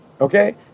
Okay